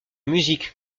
musique